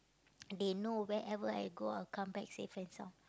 they know whereever I go I'll come back safe and sound